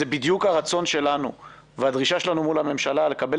זה בדיוק הרצון שלנו והדרישה שלנו מול הממשלה לקבל